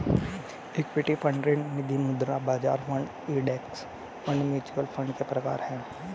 equity fund ऋण निधिमुद्रा बाजार fund index fund mutual fund के प्रकार हैं